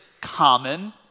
common